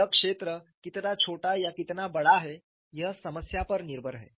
यह क्षेत्र कितना छोटा या कितना बड़ा है यह समस्या पर निर्भर है